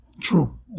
True